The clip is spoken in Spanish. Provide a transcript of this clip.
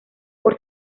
por